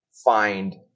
find